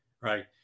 right